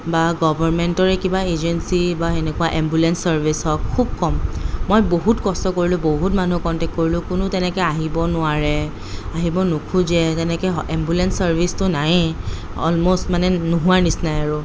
বা গভৰ্মেণ্টৰে কিবা এজেঞ্চি বা সেনেকুৱা এম্বুলেন্স চাৰ্ভিছ হওঁক খুব কম মই বহুত কষ্ট কৰিলোঁ বহুত মানুহক কণ্টেক কৰিলোঁ কোনো তেনেকৈ আহিব নোৱাৰে আহিব নোখোজে যেনেকৈ এম্বুলেন্স চাৰ্ভিছতো নাইয়ে অলম'ষ্ট মানে নোহোৱাৰ নিচিনাই আৰু